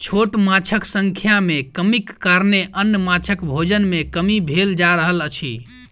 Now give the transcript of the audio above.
छोट माँछक संख्या मे कमीक कारणेँ अन्य माँछक भोजन मे कमी भेल जा रहल अछि